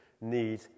need